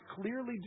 clearly